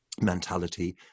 mentality